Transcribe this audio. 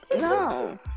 no